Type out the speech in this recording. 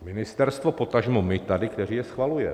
Ministerstvo, potažmo my tady, kteří je schvalujeme.